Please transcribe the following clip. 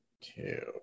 two